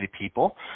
people